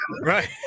Right